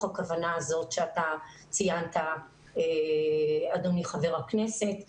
הכוונה הזאת שאתה ציינת אדוני חבר הכנסת טייב.